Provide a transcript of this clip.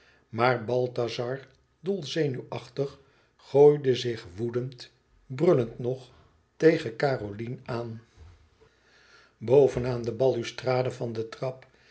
maar balthazar dol zenuwachtig gooide zich woedend brullend nog tegen caroline aan boven aan de balustrade van de trap